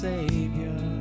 Savior